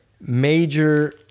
major